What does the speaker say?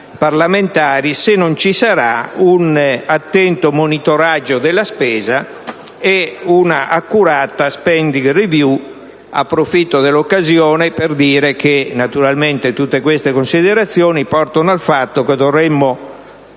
parlamentari, di un attento monitoraggio della spesa e di un'accurata*spending* *review*. Approfitto dell'occasione per dire che naturalmente tutte queste considerazioni portano al fatto che dovremmo